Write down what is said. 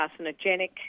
carcinogenic